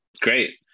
Great